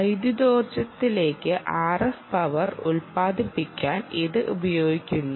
വൈദ്യുതോർജ്ജത്തിലേക്ക് RF power ഉൽപാദിപ്പിക്കാൻ ഇത് ഉപയോഗിക്കുന്നു